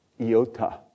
iota